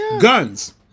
Guns